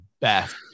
best